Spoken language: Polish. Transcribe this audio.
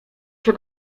się